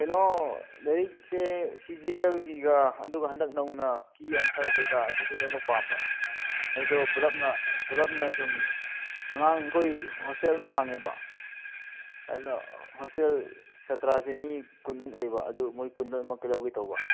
ꯀꯩꯅꯣ ꯂꯥꯏꯔꯤꯛꯁꯦ ꯁꯤ ꯖꯤ ꯑꯦꯜꯒꯤꯒ ꯑꯗꯨꯒ ꯍꯟꯗꯛ ꯅꯧꯅ ꯀꯤ ꯑꯟꯁꯥꯔ ꯀꯩꯀꯥ ꯑꯗꯨꯁꯨ ꯂꯣꯏꯃꯛ ꯄꯥꯝꯕ ꯑꯗꯣ ꯄꯨꯂꯞꯅ ꯄꯨꯂꯞꯅ ꯁꯨꯝ ꯑꯉꯥꯡ ꯈꯣꯏ ꯍꯣꯁꯇꯦꯜ ꯑꯃ ꯍꯥꯡꯉꯦꯕ ꯑꯗꯨꯅ ꯍꯣꯁꯇꯦꯜ ꯁꯥꯇ꯭ꯔꯥꯁꯦ ꯃꯤ ꯀꯨꯟꯃꯨꯛ ꯂꯩꯕ ꯑꯗꯨ ꯃꯣꯏ ꯀꯨꯟ ꯂꯣꯏꯅꯃꯛꯀꯤ ꯂꯧꯒꯦ ꯇꯧꯕ